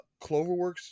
Cloverworks